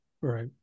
Right